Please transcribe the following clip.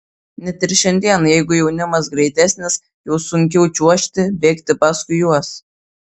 net ir šiandien jeigu jaunimas greitesnis jau sunkiau čiuožti bėgti paskui juos